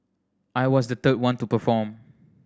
I was the third one to perform